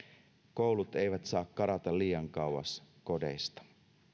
koulut eivät saa karata liian kauas kodeista